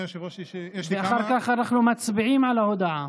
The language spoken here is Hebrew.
ואחר כך אנחנו מצביעים על ההודעה.